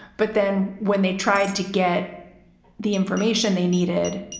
but then when they tried to get the information they needed,